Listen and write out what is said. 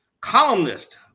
columnist